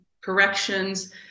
corrections